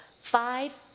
five